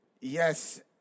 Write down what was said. Yes